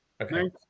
Okay